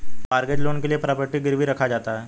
mortgage loan के लिए property गिरवी रखा जाता है